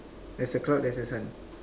there's a cloud there's a sun